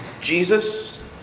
Jesus